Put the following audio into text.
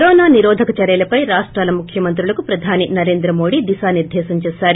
corona నిరోధక చర్యలపై రాష్టాల ముఖ్యమంత్రులకు ప్రధాని నరేంద్ర మోదీ దిశా నిర్దేశం చేశారు